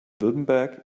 württemberg